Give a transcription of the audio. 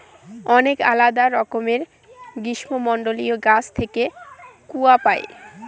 অনেক আলাদা রকমের গ্রীষ্মমন্ডলীয় গাছ থেকে কূয়া পাই